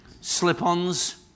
slip-ons